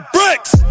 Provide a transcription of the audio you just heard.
Bricks